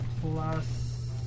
plus